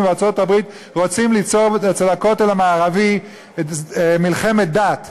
בארצות-הברית רוצים ליצור בכותל המערבי מלחמת דת,